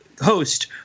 host